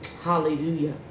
Hallelujah